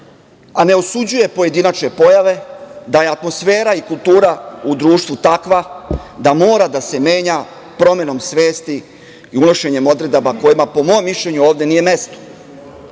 a ne osuđuje pojedinačne pojave, da je atmosfera i kultura u društvu takva, da mora da se menja promenom svesti i unošenjem odredaba koje po mom mišljenju, ovde nije